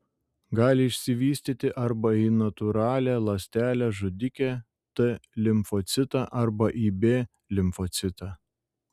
gali išsivystyti arba į natūralią ląstelę žudikę t limfocitą arba į b limfocitą